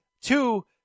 two